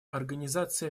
организация